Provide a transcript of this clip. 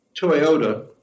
Toyota